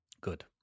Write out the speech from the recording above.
Good